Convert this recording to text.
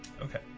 Okay